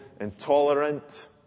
intolerant